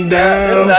down